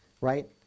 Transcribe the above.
right